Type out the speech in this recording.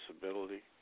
disability